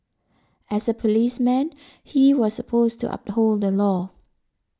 as a policeman he was supposed to uphold the law